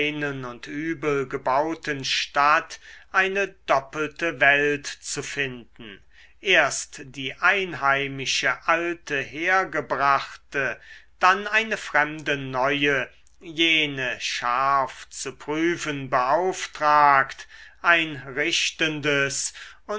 und übel gebauten stadt eine doppelte welt zu finden erst die einheimische alte hergebrachte dann eine fremde neue jene scharf zu prüfen beauftragt ein richtendes